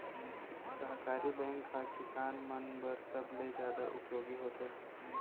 सहकारी बैंक ह किसान मन बर सबले जादा उपयोगी होथे